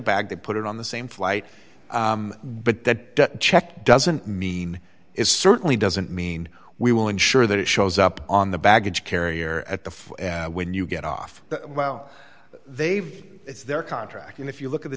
bag they put it on the same flight but that check doesn't mean it certainly doesn't mean we will ensure that it shows up on the baggage carrier at the for when you get off while they've it's their contract and if you look at the